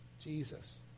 Jesus